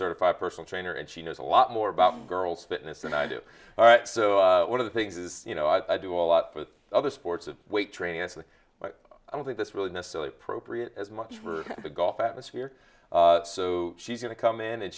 certified personal trainer and she knows a lot more about girls fitness than i do all right so one of the things is you know i do a lot with other sports of weight training and i don't think that's really necessarily appropriate as much for the golf atmosphere so she's going to come in and